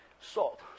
Salt